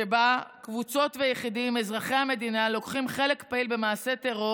שבה קבוצות ויחידים אזרחי המדינה לוקחים חלק פעיל במעשי טרור